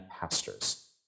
pastors